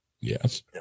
Yes